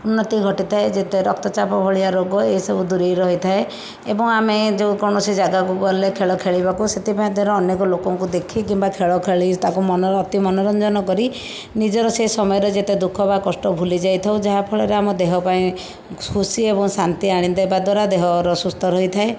ଉନ୍ନତି ଘଟିଥାଏ ଯଦ୍ଵାରା ରକ୍ତଚାପ ଭଳିଆ ରୋଗ ଏହିସବୁ ଦୂରେଇ ରହିଥାଏ ଏବଂ ଆମେ ଯେକୌଣସି ଜାଗାକୁ ଗଲେ ଖେଳ ଖେଳିବାକୁ ସେଥିମଧ୍ୟରେ ଅନେକ ଲୋକଙ୍କୁ ଦେଖି କିମ୍ବା ଖେଳ ଖେଳି ତାକୁ ମନରେ ଅତି ମନୋରଞ୍ଜନ କରି ନିଜର ସେ ସମୟରେ ଯେତେ ଦୁଃଖ ବା କଷ୍ଟ ଭୁଲିଯାଇଥାଉ ଯାହାଫଳରେ ଆମ ଦେହ ପାଇଁ ଖୁସି ଏବଂ ଶାନ୍ତି ଆଣିଦେବା ଦ୍ଵାରା ଦେହର ସୁସ୍ଥ ରହିଥାଏ